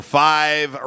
five